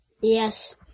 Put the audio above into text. Yes